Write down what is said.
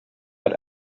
hat